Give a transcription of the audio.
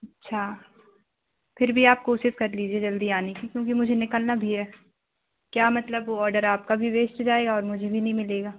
अच्छा फिर भी आप कोशिश कर लीजिए जल्दी आने की क्योंकि मुझे निकलना भी है क्या मतलब ऑडर आपका भी वेस्ट जाएगा और मुझे भी नहीं मिलेगा